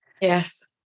Yes